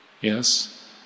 yes